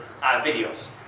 videos